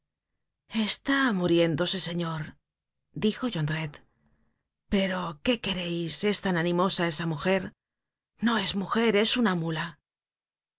está muñéndose señor dijo jondrette pero quéquereis es tan animosa esa mujer no es mujer es una mula la